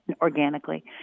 organically